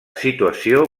situació